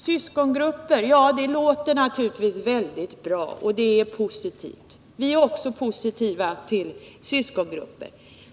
Syskongrupper — ja, det låter naturligtvis väldigt bra, och vi är också positiva till syskongrupper.